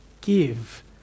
Give